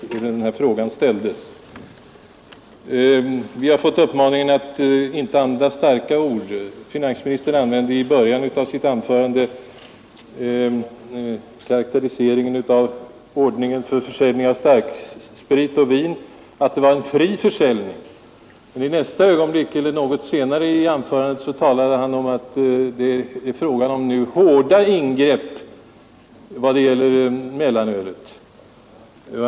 Vi har av finansministern fått uppmaningen att inte använda starka ord. Finansministern gjorde i början av sitt anförande den karakteriseringen av ordningen för försäljning av starksprit och vin, att det var en fri försäljning, men något senare i anförandet talade han om att det nu skulle vara fråga om hårda ingrepp vad det gäller mellanölet.